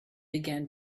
began